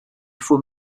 faut